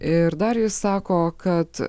ir dar jis sako kad